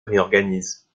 réorganise